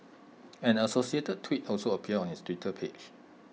an associated tweet also appeared on his Twitter page